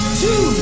two